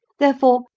therefore,